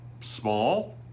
small